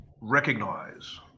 recognize